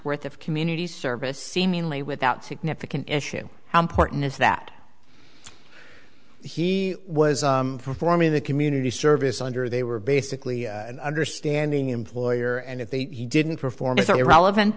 worth of community service seemingly without significant issue how important is that he was performing the community service under they were basically an understanding employer and if he didn't perform to the irrelevant